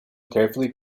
carefully